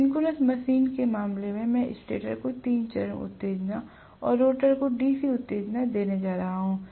synchronous machine के मामले में मैं स्टेटर को तीन चरण उत्तेजना और रोटर को डीसी उत्तेजना देने जा रहा हूं